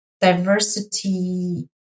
diversity